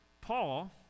paul